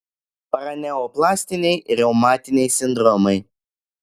paraneoplastiniai reumatiniai sindromai